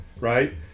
Right